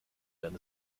denn